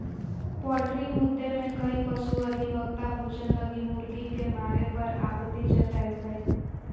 poultry मुद्दे में कई पशु अधिवक्ता भोजन लगी मुर्गी के मारे पर आपत्ति जतैल्कय